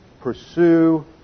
pursue